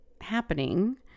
happening